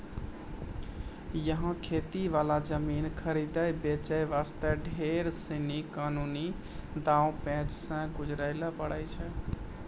यहाँ खेती वाला जमीन खरीदै बेचे वास्ते ढेर सीनी कानूनी दांव पेंच सॅ गुजरै ल पड़ै छै